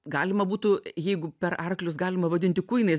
galima būtų jeigu per arklius galima vadinti kuinais